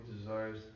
desires